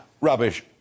rubbish